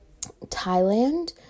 Thailand